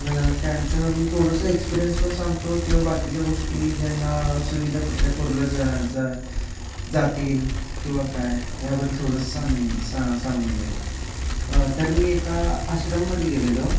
तर त्यांचं मी थोडंसं एक्सपिरियन्स पण सांगतो किंवा बाकीच्या गोष्टी ज्यांना सुविधा कुठल्या पुरवलं जाणार जा जा जातील किंवा काय ह्याबद्दल थोडंसं सांगून सां सांगून देईन तर मी एका आश्रमामध्ये गेलेलो